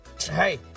Hey